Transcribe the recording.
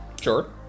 Sure